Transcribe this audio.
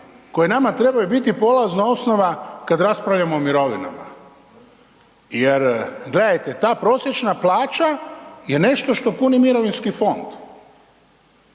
koje nama trebaju biti polazna osnova kada raspravljamo o mirovinama jer gledajte ta prosječna plaća je nešto što puni mirovinski fond.